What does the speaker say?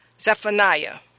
Zephaniah